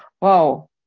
wow